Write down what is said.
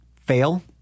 fail